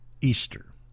Easter